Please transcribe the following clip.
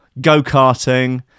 go-karting